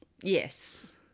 Yes